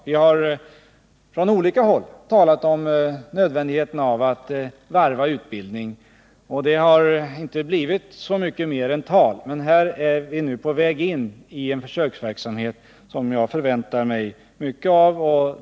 Vi har från olika håll talat om nödvändigheten av att varva utbildning, och det har inte blivit så mycket mer än tal, men här är vi nu på väg in i en försöksverksamhet, som jag förväntar mig mycket av.